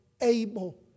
able